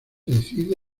decide